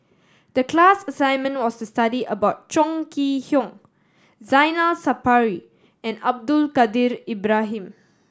the class assignment was to study about Chong Kee Hiong Zainal Sapari and Abdul Kadir Ibrahim